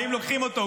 באים ולוקחים אותו.